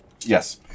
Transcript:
Yes